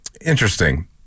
Interesting